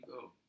go